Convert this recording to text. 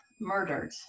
murdered